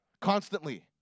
Constantly